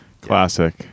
classic